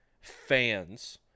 fans